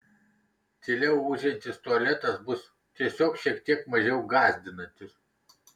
tyliau ūžiantis tualetas bus tiesiog šiek tiek mažiau gąsdinantis